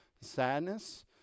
sadness